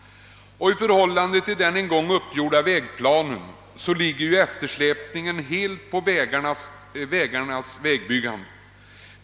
I förhållande till den en gång uppgjorda vägplanen ligger ju eftersläpningen helt på städernas vägbyggande.